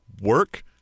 Work